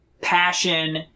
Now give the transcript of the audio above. passion